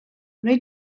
wnei